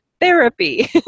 therapy